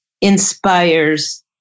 inspires